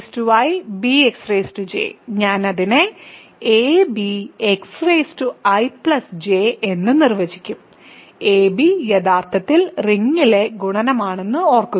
axibxj ഞാൻ അതിനെ abxij എന്ന് നിർവചിക്കും ab യഥാർത്ഥത്തിൽ റിങ്ങിലെ ഗുണനമാണെന്ന് ഓർക്കുക